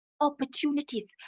opportunities